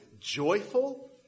joyful